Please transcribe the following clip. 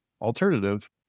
alternative